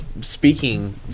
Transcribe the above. speaking